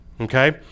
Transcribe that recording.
Okay